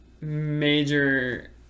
major